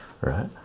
right